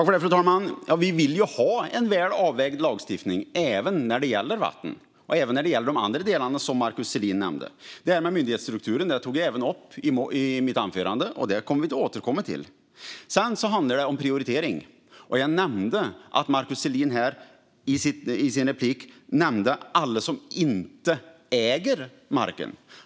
Fru talman! Vi vill ha en väl avvägd lagstiftning även när det gäller vatten och de andra delar som Markus Selin nämnde. Myndighetsstrukturen tog jag upp i mitt anförande, och detta kommer vi att återkomma till. Sedan handlar det om prioritering. Som jag sa nämnde Markus Selin i sin replik alla som inte äger marken.